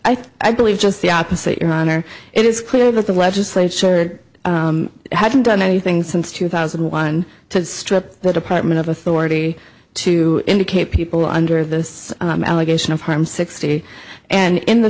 think i believe just the opposite your honor it is clear that the legislature hadn't done anything since two thousand and one to strip the department of authority to indicate people under this allegation of harm sixty and in the